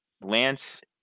Lance